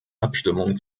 abstimmung